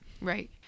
Right